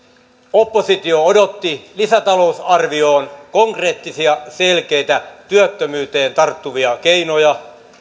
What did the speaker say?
oppositio odotti lisätalousarvioon konkreettisia selkeitä työttömyyteen tarttuvia keinoja